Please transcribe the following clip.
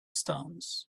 stones